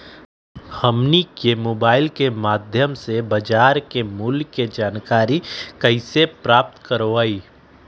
हमनी के मोबाइल के माध्यम से बाजार मूल्य के जानकारी कैसे प्राप्त करवाई?